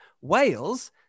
Wales